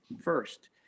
first